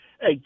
Hey